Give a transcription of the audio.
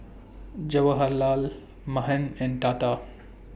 Jawaharlal Mahan and Tata